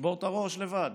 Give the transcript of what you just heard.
תשבור את הראש לבד.